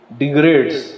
degrades